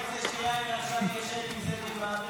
איך זה שיאיר עכשיו ישן אם --- מעביר